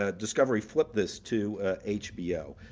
ah discovery flipped this to hbo.